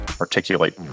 articulate